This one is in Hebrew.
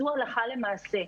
זו הלכה למעשה.